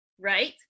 right